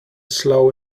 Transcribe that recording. slow